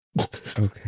Okay